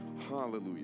Hallelujah